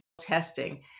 testing